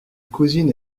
cousine